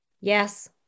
Yes